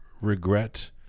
regret